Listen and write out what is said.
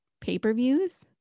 pay-per-views